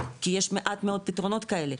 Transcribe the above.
כי יש מעט מאד פתרונות כאלה,